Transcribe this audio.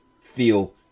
feel